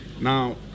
Now